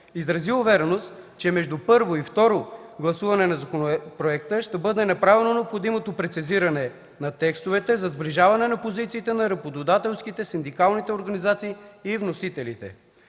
изрази увереност, че между първо и второ гласуване на законопроекта ще бъде направено необходимото прецизиране на текстовете за сближаване на позициите на работодателските, синдикалните организации и вносителите.